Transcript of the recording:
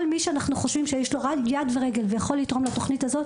כל מי שאנחנו חושבים שיש לו יד ורגל ויכול לתרום לתוכנית הזו,